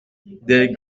des